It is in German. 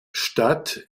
stadt